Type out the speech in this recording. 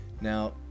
Now